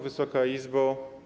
Wysoka Izbo!